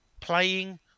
playing